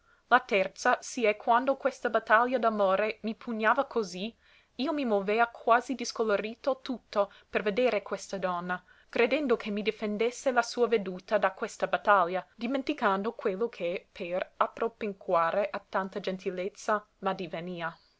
la terza si è che quando questa battaglia d'amore mi pugnava così io mi movea quasi discolorito tutto per vedere questa donna credendo che mi difendesse la sua veduta da questa battaglia dimenticando quello che per appropinquare a tanta gentilezza m'addivenia